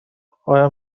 آیا